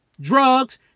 Drugs